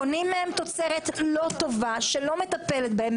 קונים מהם תוצרת לא טובה שלא מטפלת בהם.